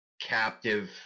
captive